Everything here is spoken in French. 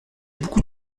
beaucoup